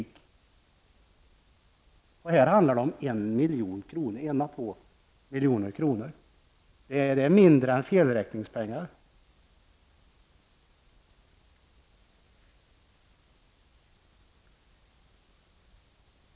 Det handlar om en à två miljoner kronor. Det är mindre än felräkningspengar.